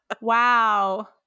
Wow